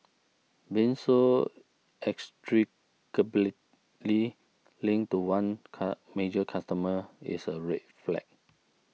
being so inextricably linked to one car major customer is a red flag